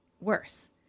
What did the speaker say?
worse